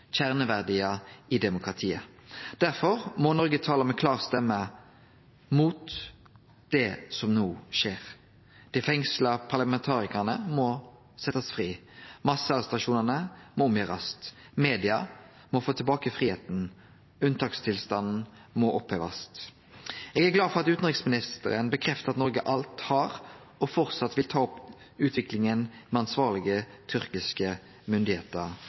kjerneverdiar i demokratiet. Derfor må Noreg tale med klar stemme mot det som no skjer. Dei fengsla parlamentarikarane må setjast fri. Massearrestasjonane må gjerast om. Media må få tilbake fridomen, Unntakstilstanden må opphevast. Eg er glad for at utanriksministeren bekreftar at Noreg alt har og framleis vil ta opp utviklinga med